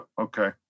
Okay